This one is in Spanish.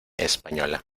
española